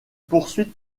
poursuites